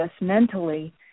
mentally